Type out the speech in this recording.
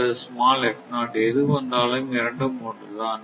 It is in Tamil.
அல்லது எது வந்தாலும் இரண்டும் ஒன்றுதான்